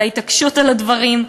על ההתעקשות על הדברים,